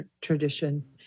tradition